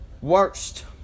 worst